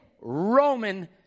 Roman